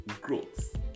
growth